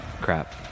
Crap